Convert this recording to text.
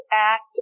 act